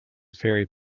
very